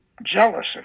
Jealous